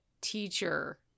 teacher